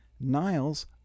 Niles